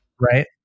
Right